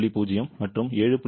0 மற்றும் 7